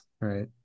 right